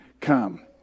come